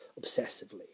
obsessively